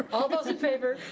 all those in favor?